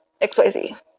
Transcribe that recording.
xyz